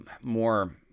more